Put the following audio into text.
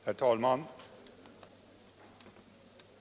Herr talman!